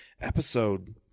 episode